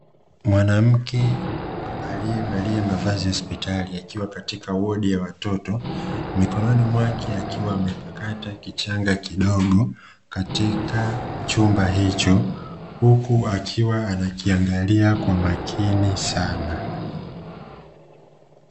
Mwanamke aliyevalia mavazi ya hospitali akiwa katika wodi ya watoto, mikononi mwake akiwa amempakata kichanga kidogo katika chumba hicho huku akiwa anakiangalia kwa makini sana.